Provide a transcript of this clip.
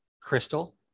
crystal